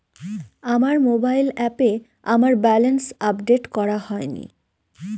আমার মোবাইল অ্যাপে আমার ব্যালেন্স আপডেট করা হয়নি